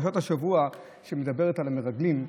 פרשת השבוע, שמדברת על המרגלים,